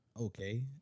okay